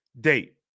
date